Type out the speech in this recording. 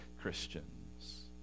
Christians